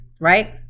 right